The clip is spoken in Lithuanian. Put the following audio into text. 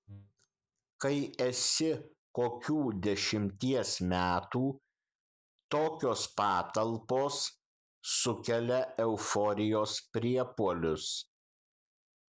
kai esi kokių dešimties metų tokios patalpos sukelia euforijos priepuolius